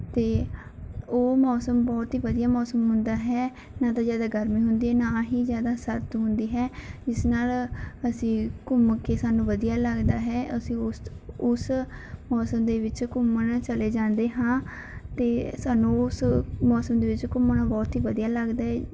ਅਤੇ ਉਹ ਮੌਸਮ ਬਹੁਤ ਹੀ ਵਧੀਆ ਮੌਸਮ ਹੁੰਦਾ ਹੈ ਨਾ ਤਾਂ ਜ਼ਿਆਦਾ ਗਰਮੀ ਹੁੰਦੀ ਹੈ ਨਾ ਹੀ ਜ਼ਿਆਦਾ ਸਰਦੀ ਹੁੰਦੀ ਹੈ ਜਿਸ ਨਾਲ ਅਸੀਂ ਘੁੰਮ ਕੇ ਸਾਨੂੰ ਵਧੀਆ ਲੱਗਦਾ ਹੈ ਅਸੀਂ ਉਸ ਉਸ ਮੌਸਮ ਦੇ ਵਿੱਚ ਘੁੰਮਣ ਚਲੇ ਜਾਂਦੇ ਹਾਂ ਅਤੇ ਸਾਨੂੰ ਉਸ ਮੌਸਮ ਦੇ ਵਿੱਚ ਘੁੰਮਣਾ ਬਹੁਤ ਹੀ ਵਧੀਆ ਲੱਗਦਾ ਹੈ